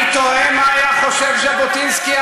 אני תוהה מה היה חושב ז'בוטינסקי,